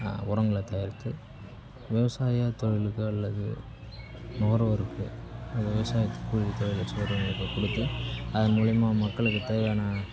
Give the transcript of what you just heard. உரங்களை தயாரித்து விவசாய தொழிலுக்கு அல்லது நுகர்வோருக்கு விவசாய கூலி தொழில் செய்வோருக்கு கொடுத்து அதன் மூலயமா மக்களுக்கு தேவையான